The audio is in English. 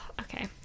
Okay